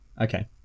okay